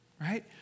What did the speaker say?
Right